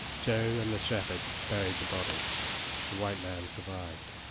joe and the shepherd buried the body the white man survived.